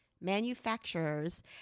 manufacturers